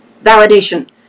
validation